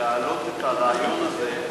שלהעלות את הרעיון הזה,